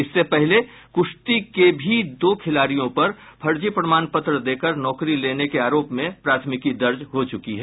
इससे पहले कुश्ती के भी दो खिलाड़ियों पर फर्जी प्रमाण पत्र देकर नौकरी लेने के आरोप में प्राथमिकी दर्ज हो चुकी है